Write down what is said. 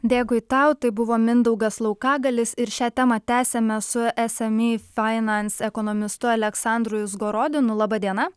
dėkui tau tai buvo mindaugas laukagalis ir šią temą tęsiame su sme finance ekonomistu aleksandru izgorodinu laba diena